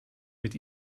mit